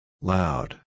Loud